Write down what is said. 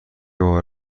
باور